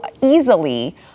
easily